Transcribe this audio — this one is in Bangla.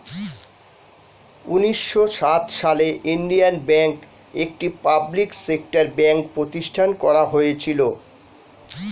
উন্নিশো সাত সালে ইন্ডিয়ান ব্যাঙ্ক, একটি পাবলিক সেক্টর ব্যাঙ্ক প্রতিষ্ঠান করা হয়েছিল